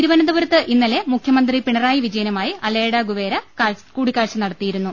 തിരുവനന്തപുരത്ത് ഇന്നലെ മുഖ്യമന്ത്രി പിണറായി വിജ യനുമായി അലൈഡ ഗുവേര കൂടിക്കാഴ്ച്ച നടത്തിയിരുന്നു